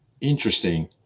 Interesting